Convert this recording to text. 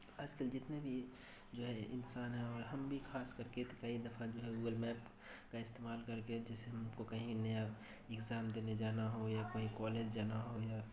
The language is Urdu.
آج کل جتنے بھی جو ہے انسان ہیں اور ہم بھی خاص کر کے کئی دفعہ جو ہے گوگل میپ کا استعمال کر کے جیسے ہم کو کہیں نیا ایگزام دینے جانا ہو یا کہیں کالج جانا ہو یا